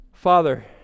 Father